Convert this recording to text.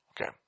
Okay